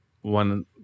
One